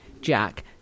Jack